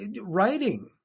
writing